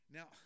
Now